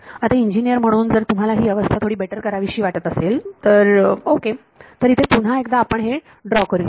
आता इंजिनियर म्हणून जर तुम्हाला ही अवस्था थोडी बेटर करावीशी वाटत असेल ओके तर इथे पुन्हा एकदा आपण हे ड्रॉ करूया